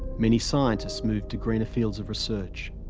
many scientists moved to greener fields of research.